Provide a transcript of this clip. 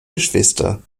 geschwister